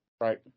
Right